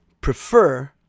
prefer